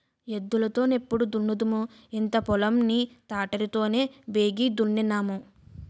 ఎద్దులు తో నెప్పుడు దున్నుదుము ఇంత పొలం ని తాటరి తోనే బేగి దున్నేన్నాము